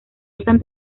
usan